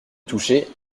toucher